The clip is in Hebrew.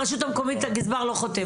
אבל ברשות המקומית הגזבר לא חותם?